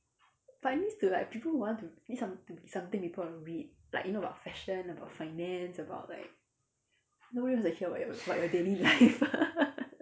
but it needs to like people who want to need some something people want to read like you know about fashion about finance about like nobody wants to hear about about your daily life